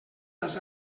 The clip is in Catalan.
dels